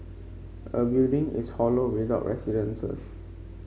a building is hollow without residents